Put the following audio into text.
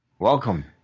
Welcome